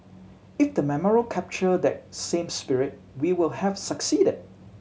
if the memorial captured that same spirit we will have succeeded